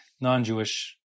non-Jewish